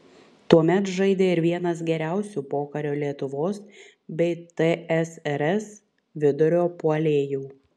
tuomet žaidė ir vienas geriausių pokario lietuvos bei tsrs vidurio puolėjų